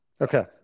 okay